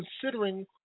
considering